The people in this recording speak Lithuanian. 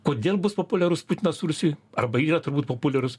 kodėl bus populiarus putinas rusijoj arba yra turbūt populiarus